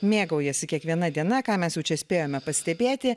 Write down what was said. mėgaujasi kiekviena diena ką mes jau čia spėjome pastebėti